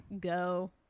go